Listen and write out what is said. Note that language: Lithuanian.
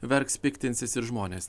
verks piktinsis ir žmonės